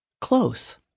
close